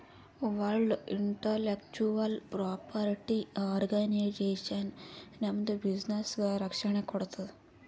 world intellectual property organisation ನಮ್ದು ಬಿಸಿನ್ನೆಸ್ಗ ರಕ್ಷಣೆ ಕೋಡ್ತುದ್